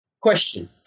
question